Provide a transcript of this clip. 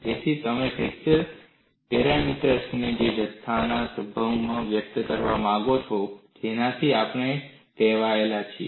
તેથી તમે ફ્રેક્ચર પેરામીટરને તે જથ્થાના સંદર્ભમાં વ્યક્ત કરવા માગો છો કે જેનાથી આપણે ટેવાયેલા છીએ